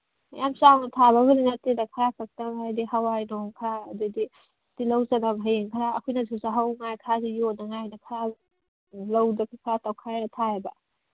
ꯌꯥꯝ ꯆꯥꯎꯅ ꯊꯥꯕꯕꯨꯗꯤ ꯅꯠꯇꯦꯗ ꯈꯔ ꯈꯛꯇꯪ ꯍꯥꯏꯗꯤ ꯍꯋꯥꯏ ꯃꯇꯣꯟ ꯈꯔ ꯑꯗꯩꯗꯤ ꯇꯤꯜꯍꯧ ꯆꯅꯝ ꯍꯌꯦꯡ ꯈꯔ ꯑꯩꯈꯣꯏꯅꯁꯨ ꯆꯥꯍꯧꯉꯥꯏ ꯈꯔꯁꯨ ꯌꯣꯟꯅꯉꯥꯏꯅ ꯈꯔ ꯂꯧꯗ ꯈꯔ ꯇꯧꯈꯥꯏꯔ ꯊꯥꯏꯌꯦꯕ